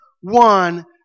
one